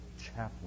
chaplain